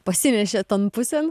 pasinešė ton pusėn